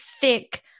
thick